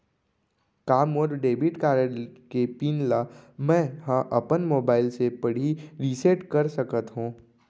का मोर debit card के पिन ल मैं ह अपन मोबाइल से पड़ही रिसेट कर सकत हो?